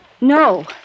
No